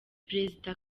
perezida